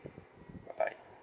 bye bye